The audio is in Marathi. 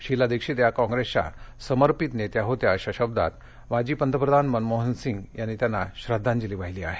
शिला दीक्षित या काँग्रेसच्या समर्पित नेत्या होत्या अशा शब्दांत माजी पंतप्रधान मनमोहन सिंग यांनी त्यांना श्रद्धांजली वाहिली आहे